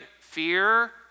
Fear